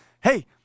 hey